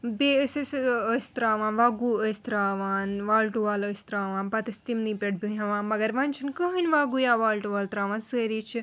بیٚیہِ ٲسۍ أسۍ ٲں ٲسۍ ترٛاوان وَگو ٲسۍ ترٛاوان وال ٹُو وال ٲسۍ ترٛاوان پَتہٕ ٲسۍ تِمنٕے پٮ۪ٹھ بیٚہوان مَگر وَنہِ چھُنہٕ کٕہٲنۍ وَگو یا وال ٹُو وال ترٛاوان سٲری چھِ